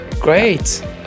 great